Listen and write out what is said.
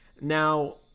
now